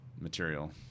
material